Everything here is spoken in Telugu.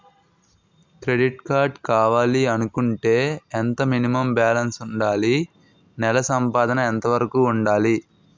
క్రెడిట్ కార్డ్ కావాలి అనుకుంటే ఎంత మినిమం బాలన్స్ వుందాలి? నెల సంపాదన ఎంతవరకు వుండాలి?